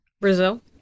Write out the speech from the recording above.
Brazil